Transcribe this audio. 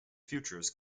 futures